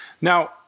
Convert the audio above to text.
Now